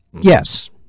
Yes